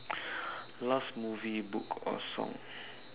last movie book or song